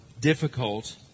difficult